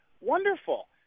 wonderful